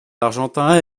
argentins